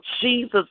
Jesus